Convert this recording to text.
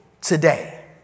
today